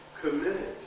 committed